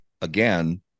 again